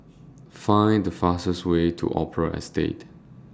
Find The fastest Way to Opera Estate